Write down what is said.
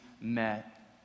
met